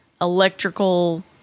electrical